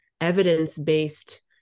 evidence-based